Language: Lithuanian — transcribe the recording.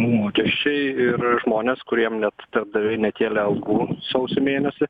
mokesčiai ir žmonės kuriem net darbaviai nekėlė algų sausio mėnesį